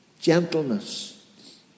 Gentleness